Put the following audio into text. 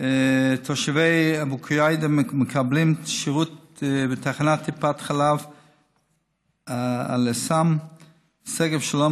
תושבי אבו קוידר מקבלים שירות בתחנת טיפת חלב אלעסם ושגב שלום,